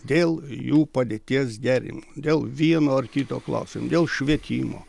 dėl jų padėties gerinimo dėl vieno ar kito klausimo dėl švietimo